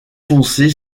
foncé